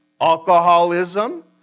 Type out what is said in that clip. alcoholism